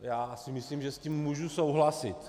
Já si myslím, že s tím můžu souhlasit.